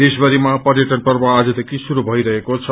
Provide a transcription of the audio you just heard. देशभरिमा पर्यटन पर्व आजदेखि शुरू भइरहेको छ